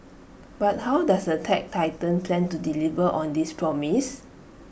but how does the tech titan plan to deliver on this promise